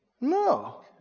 No